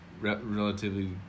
relatively